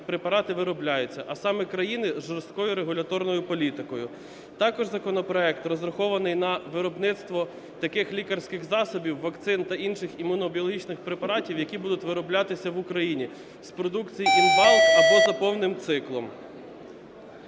препарати виробляються, а саме країни з жорсткою регуляторною політикою. Також законопроект розрахований на виробництво таких лікарських засобів, вакцин та інших імунобіологічних препаратів, які будуть вироблятися в Україні з продукції "in bulk" або за повним циклом.